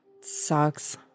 Sucks